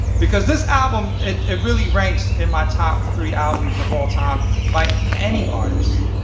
because this album, it it really ranks in my top three albums of all time by any artist.